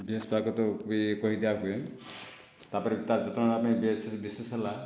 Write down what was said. ବି ଏସ ଫ୍ଲାଏକୁତ ବି କହିଦିଆ ହୁଏ ତାପରେ ତା ର ଯତ୍ନ ନେବା ପାଇଁ ବେସିସ୍ ହେଲା